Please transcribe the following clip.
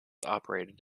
operated